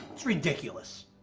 it's ridiculous.